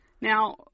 Now